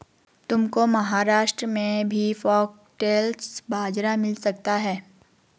तुमको महाराष्ट्र में भी फॉक्सटेल बाजरा मिल सकता है